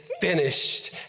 finished